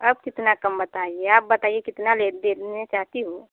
अब कितना कम बताइए आप बताइए कितना ले देनाे चाहती हो